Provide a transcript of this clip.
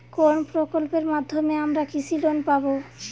কোন প্রকল্পের মাধ্যমে আমরা কৃষি লোন পাবো?